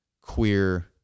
queer